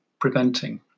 preventing